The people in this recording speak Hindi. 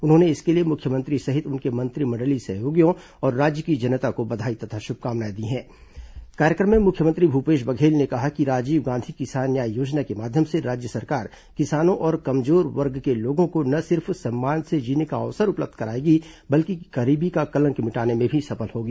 उन्होंने इसके लिए मुख्यमंत्री सहित उनके मंत्रिमंडलीय सहयोगियों और राज्य की जनता को बधाई तथा शुभकामनाएं दी हैं कार्यक्रम में मुख्यमंत्री भूपेश बघेल ने कहा कि राजीव गांधी किसान न्याय योजना के माध्यम से राज्य सरकार किसानों और कमजोर वर्ग के लोगों को न सिर्फ सम्मान से जीने का अवसर उपलब्ध कराएगी बल्कि गरीबी का कलंक मिटाने में भी सफल होगी